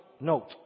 Note